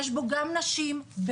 יש בו גם נשים בכירות,